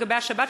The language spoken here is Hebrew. לגבי השבת,